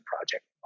project